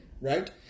right